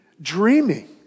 dreaming